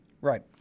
Right